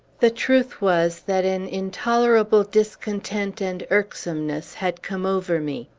the truth was, that an intolerable discontent and irksomeness had come over me.